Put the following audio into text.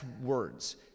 words